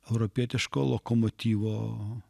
europietiško lokomotyvo